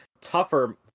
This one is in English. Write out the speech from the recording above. tougher